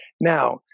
Now